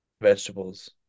vegetables